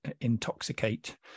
intoxicate